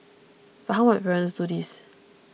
but how might parents do this